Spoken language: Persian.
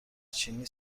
چینی